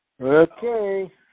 Okay